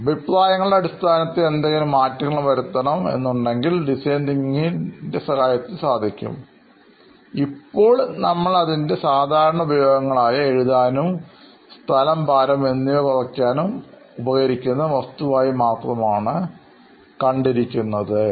അഭിപ്രായങ്ങളുടെ അടിസ്ഥാനത്തിൽ എന്തെങ്കിലും മാറ്റങ്ങൾ വരുത്തണം എന്നുണ്ടെങ്കിൽ ഡിസൈൻ തിങ്കിങ് ഇൻറെ സഹായത്താൽ സാധിക്കും ഇപ്പോൾ നമ്മൾ അതിൻറെ സാധാരണ ഉപയോഗങ്ങൾ ആയ എഴുതാനും സ്ഥലം ഭാരം എന്നിവ കുറയ്ക്കാനും ഉപകരിക്കുന്ന ഒരു വസ്തുവായി മാത്രമാണ് കണ്ടിട്ടുള്ളൂ